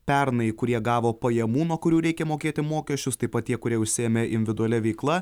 pernai kurie gavo pajamų nuo kurių reikia mokėti mokesčius taip pat tie kurie užsiėmė individualia veikla